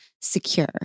secure